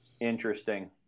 Interesting